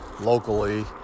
locally